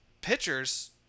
pitchers